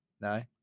No